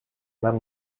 нам